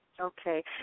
Okay